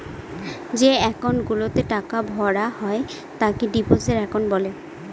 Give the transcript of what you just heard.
যে একাউন্ট গুলাতে টাকা ভরা হয় তাকে ডিপোজিট একাউন্ট বলে